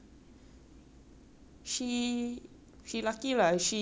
she lucky lah she because she is not fat or anything right